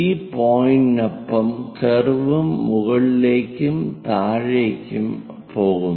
ഈ പോയിന്റിനൊപ്പം കർവും മുകളിലേക്കും താഴേക്കും പോകുന്നു